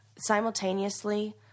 Simultaneously